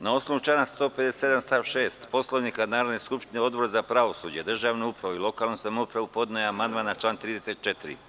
Na osnovu člana 157. stav 6. Poslovnika Narodne skupštine, Odbor za pravosuđe, državnu upravu i lokalnu samoupravu podneo je amandman na član 34.